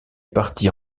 partit